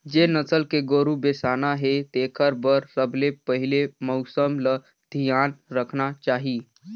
जेन नसल के गोरु बेसाना हे तेखर बर सबले पहिले मउसम ल धियान रखना चाही